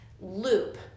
loop